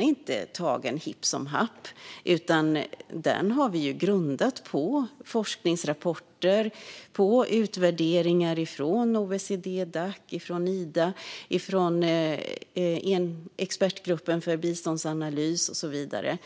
inte är något som har gjorts hipp som happ, utan detta har vi grundat på forskningsrapporter och utvärderingar från OECD-Dac, IDA, Expertgruppen för biståndsanalys och så vidare.